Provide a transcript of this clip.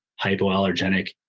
hypoallergenic